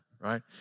right